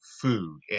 food